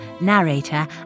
narrator